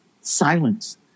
Silence